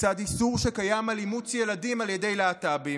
לצד איסור שקיים על אימוץ ילדים על ידי להט"בים,